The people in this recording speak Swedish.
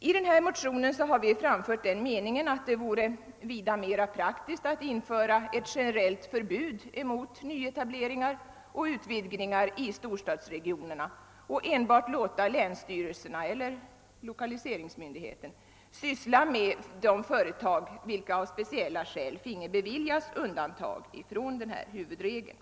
I motionen har vi framfört den meningen att det vore vida mer praktiskt att införa ett generellt förbud mot nyetableringar och utvidgningar i storstadsregionerna och enbart låta länsstyrelserna eller lokaliseringsmyndigheten syssla med de företag vilka av speciella skäl finge beviljas undantag från huvudregeln.